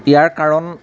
ইয়াৰ কাৰণ